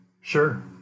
sure